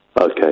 Okay